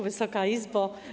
Wysoka Izbo!